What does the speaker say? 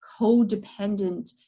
codependent